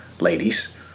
ladies